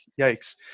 Yikes